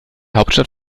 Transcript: hauptstadt